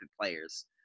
players